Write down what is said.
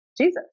Jesus